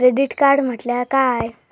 Credit card म्हटल्या काय?